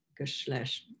Geschlecht